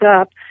up